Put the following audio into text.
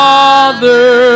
Father